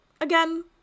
again